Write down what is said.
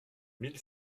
mille